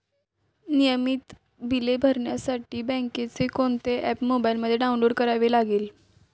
नियमित बिले भरण्यासाठी बँकेचे कोणते ऍप मोबाइलमध्ये डाऊनलोड करावे लागेल?